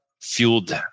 fueled